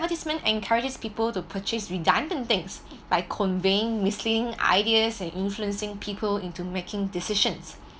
advertisement encourages people to purchase redundant things by conveying misleading ideas and influencing people into making decisions